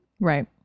right